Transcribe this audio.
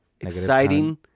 exciting